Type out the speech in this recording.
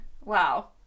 Wow